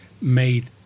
made